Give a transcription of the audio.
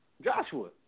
joshua